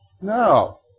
No